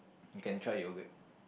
you can try yogurt